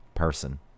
person